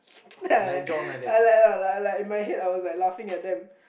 then I like I like in my head I was laughing at them